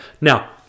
Now